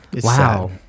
Wow